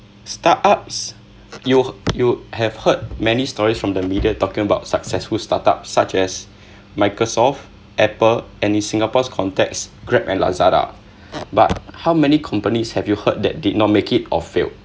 startups you you have heard many stories from the media talking about successful startup such as Microsoft Apple and in singapore's context Grab and Lazada but how many companies have you heard that did not make it or failed